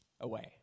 away